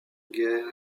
guerre